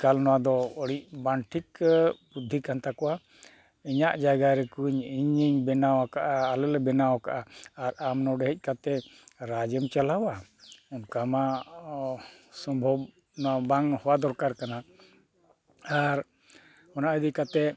ᱮᱠᱟᱞ ᱱᱚᱣᱟ ᱫᱚ ᱟᱹᱰᱤ ᱵᱟᱝ ᱴᱷᱤᱠᱟᱹ ᱵᱩᱫᱷᱤ ᱠᱟᱱ ᱛᱟᱠᱚᱣᱟ ᱤᱧᱟᱹᱜ ᱡᱟᱭᱜᱟ ᱨᱮ ᱠᱩᱧ ᱤᱧᱤᱧ ᱵᱮᱱᱟᱣ ᱟᱠᱟᱫᱼᱟ ᱟᱞᱮ ᱵᱮᱱᱟᱣ ᱟᱠᱟᱫᱼᱟ ᱟᱨ ᱟᱢ ᱱᱚᱰᱮ ᱦᱮᱡ ᱠᱟᱛᱮᱫ ᱨᱟᱡᱽ ᱮᱢ ᱪᱟᱞᱟᱣᱟ ᱚᱱᱠᱟᱢᱟ ᱥᱚᱢᱵᱷᱚᱵ ᱱᱚᱣᱟ ᱵᱟᱝ ᱦᱚᱣᱟ ᱫᱚᱨᱠᱟᱨ ᱠᱟᱱᱟ ᱟᱨ ᱚᱱᱟ ᱤᱫᱤ ᱠᱟᱛᱮᱫ